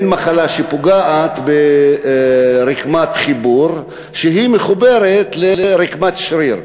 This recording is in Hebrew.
זו מין מחלה שפוגעת ברקמת חיבור שמחוברת לרקמת שריר.